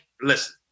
listen